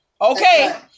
Okay